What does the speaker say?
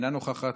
אינה נוכחת,